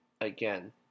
Again